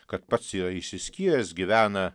kad pats yra išsiskyręs gyvena